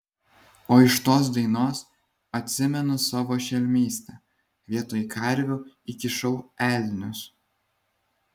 o iš tos dainos atsimenu savo šelmystę vietoj karvių įkišau elnius